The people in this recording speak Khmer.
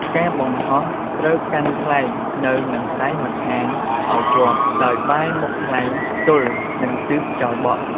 ការបង្ហោះត្រូវកាន់ខ្លែងនៅនឹងដៃម្ខាងឱ្យជាប់ ដោយបែរមុខខ្លែងទល់នឹងទិសខ្យល់បក់។